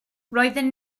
roedden